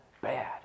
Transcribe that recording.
bad